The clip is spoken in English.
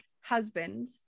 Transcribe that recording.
husband